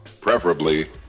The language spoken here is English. preferably